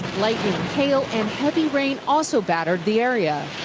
lightning, hail and heavy rain also battered the area.